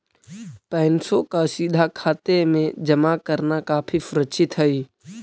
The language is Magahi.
पैसों का सीधा खाते में जमा करना काफी सुरक्षित हई